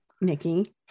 Nikki